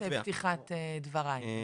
שמעת את פתיחת דבריי,